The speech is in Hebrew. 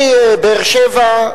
מבאר-שבע,